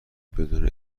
بدون